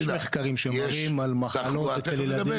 יש מחקרים שמראים על מחלות אצל ילדים.